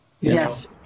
Yes